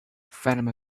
fatima